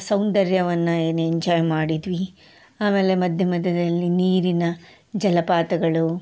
ಸೌಂದರ್ಯವನ್ನ ಏನು ಎಂಜಾಯ್ ಮಾಡಿದ್ವಿ ಆಮೇಲೆ ಮಧ್ಯ ಮಧ್ಯದಲ್ಲಿ ನೀರಿನ ಜಲಪಾತಗಳು